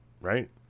right